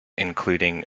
including